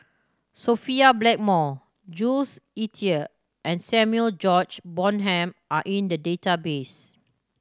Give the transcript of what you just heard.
Sophia Blackmore Jules Itier and Samuel George Bonham are in the database